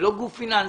זה לא גוף פיננסי.